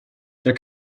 their